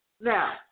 Now